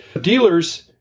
Dealers